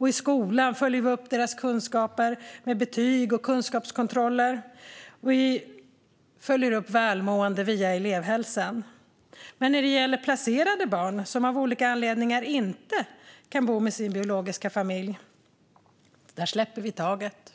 I skolan följer vi upp deras kunskaper genom betyg och kunskapskontroller, och elevhälsan håller koll på deras välmående. Men när det gäller placerade barn som av olika anledningar inte kan bo med sin biologiska familj släpper vi taget.